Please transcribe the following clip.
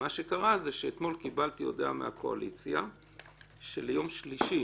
מה שקרה זה שאתמול קיבלתי הודעה מהקואליציה שביום שלישי